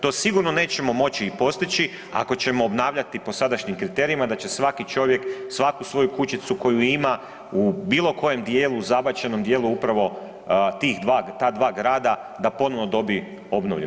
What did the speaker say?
To sigurno nećemo moći postići ako ćemo obnavljati po sadašnjim kriterijima da će svaki čovjek svaku svoju kućicu koju ima u bilo kojem dijelu, u zabačenom dijelu upravo ta dva grada da ponovno dobi obnovljeno.